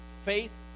faith